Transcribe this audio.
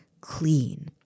clean